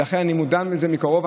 ולכן אני מודע לזה מקרוב.